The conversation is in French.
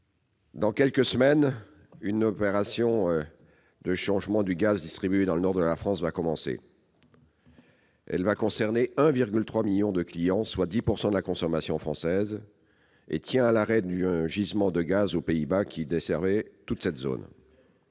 Dans quelques semaines, une opération de changement du gaz distribué dans le nord de la France va commencer. Elle concernera 1,3 million de clients, soit 10 % de la consommation française. Cela tient à l'arrêt d'un gisement de gaz aux Pays-Bas qui desservait toute cette zone.